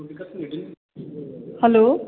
hello